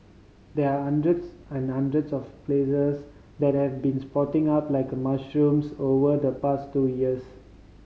there are hundreds and hundreds of places that have been sprouting up like mushrooms over the past two years